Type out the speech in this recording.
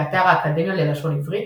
באתר האקדמיה ללשון העברית,